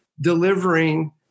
delivering